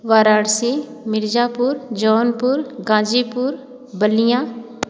Varanasi Mirzapur Jaunpur Ghazipur Ballia